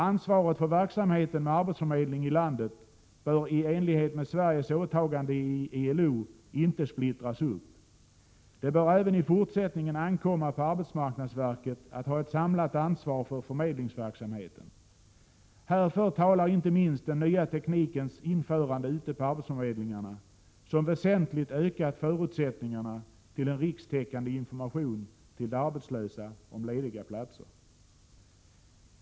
Ansvaret för verksamheten med arbetsförmedling i landet bör i enlighet med Sveriges åtagande i ILO inte splittras. Det bör även i fortsättningen ankomma på arbetsmarknadsverket att ha ett samlat ansvar för förmedlingsverksamheten. Härför talar inte minst den nya teknikens införande ute på arbetsförmedlingarna, som väsentligt ökat förutsättningarna för en rikstäckande information till de arbetslösa om lediga platser.